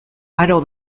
aro